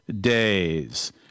days